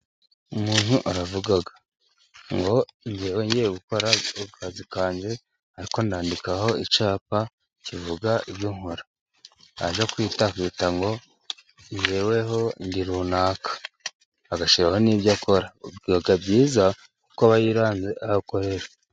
Umuntu aravuga ngo njyewe ngiye gukora akazi kanjye, ariko ndandikaho icyapa kivuga ibyo nkora. Najya kwita nkita ngo" Njyewe ho ndi runaka". Agashyiraho n'ibyo akora. Biba byiza, kuko aba yiranze aho akorera.